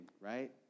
right